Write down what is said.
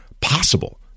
possible